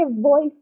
voice